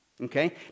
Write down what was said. Okay